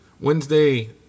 Wednesday